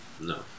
No